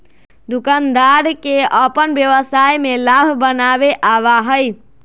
दुकानदार के अपन व्यवसाय में लाभ बनावे आवा हई